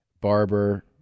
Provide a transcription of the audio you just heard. barber